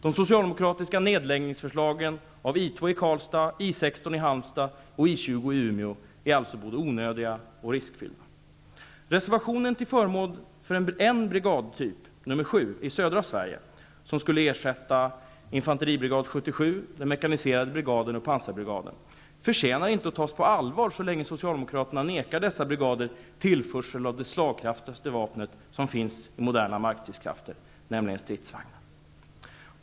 De socialdemokratiska nedläggningsförslagen vad gäller I 2 i Karlstad, I 16 i Halmstad och I 20 i Umeå är alltså både onödiga och riskfyllda. förtjänar inte att tas på allvar så länge Socialdemokratena vägrar dessa brigader tillförsel av det slagkraftigaste vapen som finns i moderna markstridskrafter, nämligen stridsvagnar.